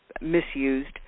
misused